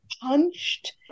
punched